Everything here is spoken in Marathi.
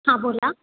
हां बोला